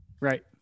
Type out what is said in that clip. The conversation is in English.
right